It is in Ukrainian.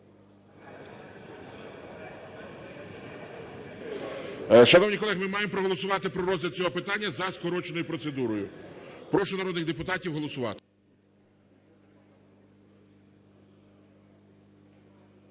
Шановні колеги, ми маємо проголосувати про розгляд цього питання за скороченою процедурою. Прошу народних депутатів голосувати.